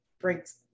brings